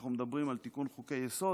אנחנו מדברים על תיקון חוקי-יסוד,